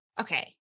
okay